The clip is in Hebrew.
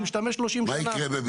הוא משתמש בשטח הזה 30 שנה.